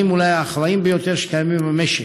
אולי האחראים ביותר שקיימים במשק.